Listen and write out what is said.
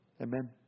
Amen